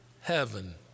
heaven